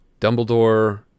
Dumbledore